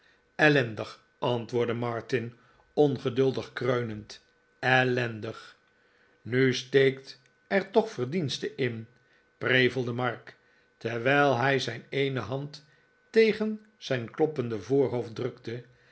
antwoordde martin ongeduldig kreunend ellendig nu steekt er toch verdienste in prevelde mark terwijl hij zijn eene hand tegen zijn kloppende voorhoofd drukte